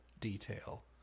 detail